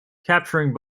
capturing